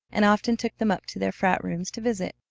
and often took them up to their frat rooms to visit.